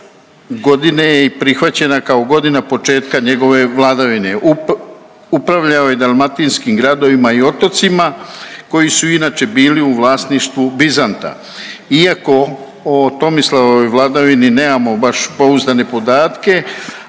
godine je i prihvaćena kao godina početka njegove vladavine. Upravljao je dalmatinskim gradovima i otocima koji su inače bili u vlasništvu Bizanta. Iako o Tomislavovoj vladavini nemamo baš pouzdane podatke